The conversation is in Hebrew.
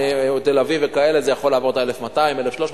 או תל-אביב וכאלה זה יכול לעבור את ה-1,200 את ה-1,300,